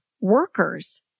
workers